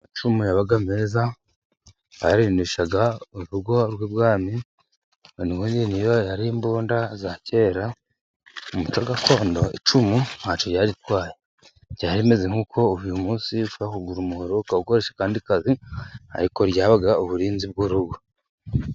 Amacumu yabaga meza, bayarindishaga urugo rw'ibwami, ubundi niyo yari imbunda za kera, umuco gakondo icumu ntacyo yaritwaye, byari rimeze nk'uko uyu munsi, ushobora kugura umuhoro, ukawukoresha akandi kazi, ariko ryabaga uburinzi bw'urugo.